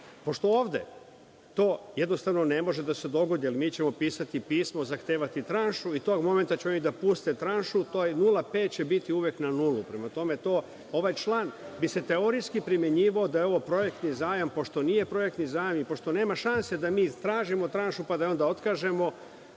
2,25%.Pošto ovde to jednostavno ne može da se dogodi, jer mi ćemo pisati pismo, zahtevati tranšu i tog momenta će oni da puste tranšu, 0,5 će biti uvek na nulu. Prema tome, ovaj član bi se teorijski primenjivao da je ovo projektni zajam, pošto nije projektni zajam i pošto nema šanse da mi tražimo tranšu pa da je onda otkažemo,